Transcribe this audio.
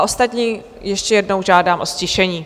Ostatní ještě jednou žádám o ztišení.